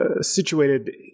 situated